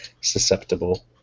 susceptible